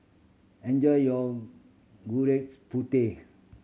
enjoy your gudegs putih